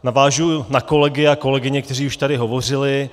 Navážu na kolegy a kolegyně, kteří tady už hovořili.